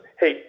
hey